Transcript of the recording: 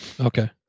Okay